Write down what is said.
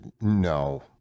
no